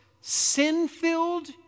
sin-filled